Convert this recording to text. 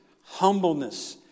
humbleness